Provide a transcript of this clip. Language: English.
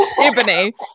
Ebony